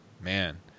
man